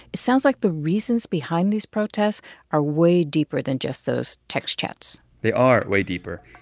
it sounds like the reasons behind these protests are way deeper than just those text chats they are way deeper,